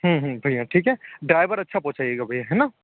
भइया ठीक है ड्राइवर अच्छा पहुंचाइएगा भइया है ना